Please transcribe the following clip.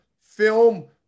film